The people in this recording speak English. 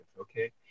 okay